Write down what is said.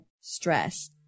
stress